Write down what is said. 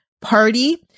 party